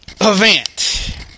Event